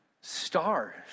stars